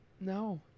No